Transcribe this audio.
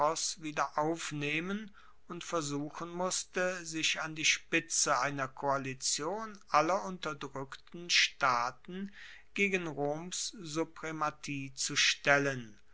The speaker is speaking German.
wieder aufnehmen und versuchen musste sich an die spitze einer koalition aller unterdrueckten staaten gegen roms suprematie zu stellen